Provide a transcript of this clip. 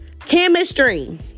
Chemistry